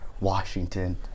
Washington